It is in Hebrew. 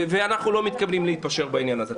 אנחנו לא מתכוונים להתפשר בעניין הזה.